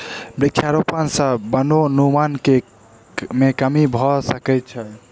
वृक्षारोपण सॅ वनोन्मूलन मे कमी भ सकै छै